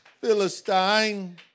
Philistine